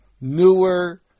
newer